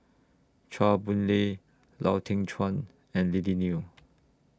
Chua Boon Lay Lau Teng Chuan and Lily Neo